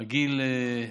הגיל 90,